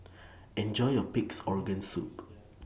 Enjoy your Pig'S Organ Soup